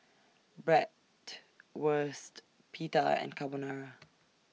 Bratwurst Pita and Carbonara